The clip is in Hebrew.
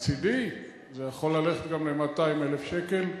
מצדי זה יכול ללכת גם ל-200,000 שקל.